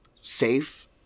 safe